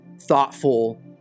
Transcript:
thoughtful